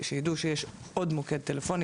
שיידעו שיש עוד מוקד טלפוני,